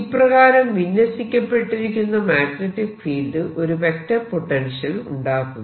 ഇപ്രകാരം വിന്യസിക്കപ്പെട്ടിരിക്കുന്ന magnetic field ഒരു വെക്റ്റർ പൊട്ടൻഷ്യൽ ഉണ്ടാക്കുന്നു